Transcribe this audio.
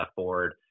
board